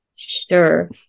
Sure